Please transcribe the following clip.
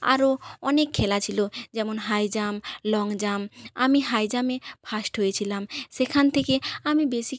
আরও অনেক খেলা ছিল যেমন হাই জাম্প লং জাম্প আমি হাই জাম্পে ফার্স্ট হয়েছিলাম সেখান থেকে আমি বেশি